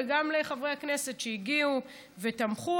וגם לחברי הכנסת שהגיעו ותמכו.